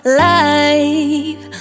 life